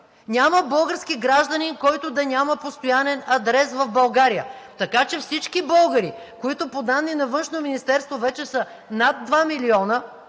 Няма български гражданин, който да няма постоянен адрес в България. Така че всички българи, които по данни на Външно министерство